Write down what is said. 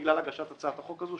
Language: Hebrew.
בגלל הגשת הצעת החוק הזו,